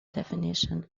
definition